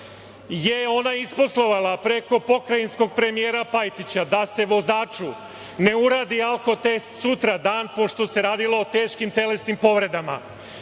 je ona isposlovala preko pokrajinskog premijera Pajtića, da se vozaču ne uradi alko test sutradan pošto se radilo o teškim telesnim povredama.